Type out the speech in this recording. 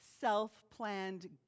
self-planned